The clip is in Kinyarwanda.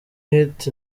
hit